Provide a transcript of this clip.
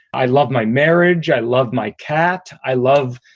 i love my marriage. i love my cat. i love,